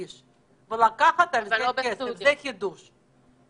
ולקחת על זה כסף זה חידוש.